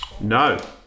No